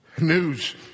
news